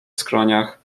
skroniach